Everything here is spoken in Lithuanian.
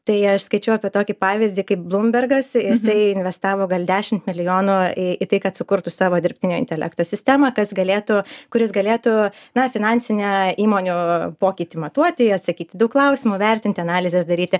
tai aš skaičiau apie tokį pavyzdį kaip blūmbergas jisai investavo gal dešimt milijonų į tai kad sukurtų savo dirbtinio intelekto sistemą kas galėtų kuris galėtų na finansinę įmonių pokytį matuoti atsakyti daug klausimų vertinti analizes daryti